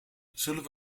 zullen